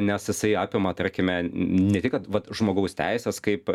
nes jisai apima tarkime ne tik kad vat žmogaus teises kaip